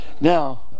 now